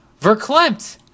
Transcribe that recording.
Verklempt